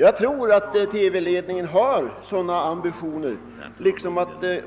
Jag tror att TV-ledningen har sådana ambitioner liksom att den